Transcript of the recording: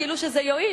כאילו שזה יועיל.